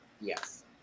Yes